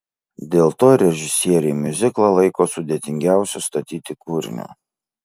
dėl to režisieriai miuziklą laiko sudėtingiausiu statyti kūriniu